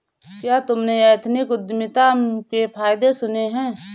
क्या तुमने एथनिक उद्यमिता के फायदे सुने हैं?